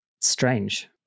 strange